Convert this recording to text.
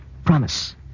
Promise